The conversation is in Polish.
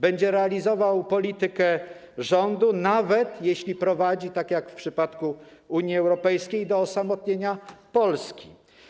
Będzie realizował politykę rządu, nawet jeśli prowadzi to, tak jak w przypadku Unii Europejskiej, do osamotnienia Polski.